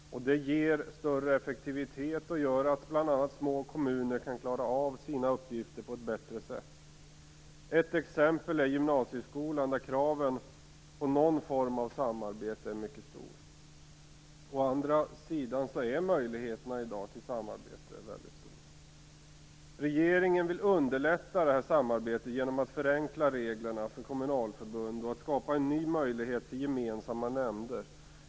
Det skapar större effektivitet och att bl.a. små kommuner kan klara av sina uppgifter på ett bättre sätt. Ett exempel är gymnasieskolan. Kraven på någon form av samarbete är mycket stora. Möjligheterna till samarbete är i dag stora. Regeringen vill underlätta samarbetet genom att förenkla reglerna för kommunalförbund och skapa en ny möjlighet för gemensamma nämnder.